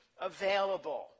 available